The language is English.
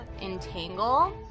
Entangle